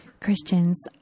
Christians